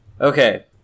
okay